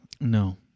No